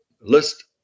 list